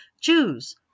Jews